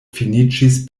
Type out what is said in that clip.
finiĝis